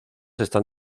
están